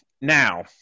now